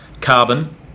carbon